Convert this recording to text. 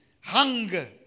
hunger